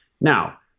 Now